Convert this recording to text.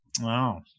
wow